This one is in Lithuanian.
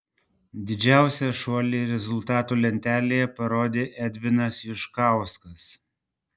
didžiausią šuolį rezultatų lentelėje parodė edvinas juškauskas